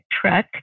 truck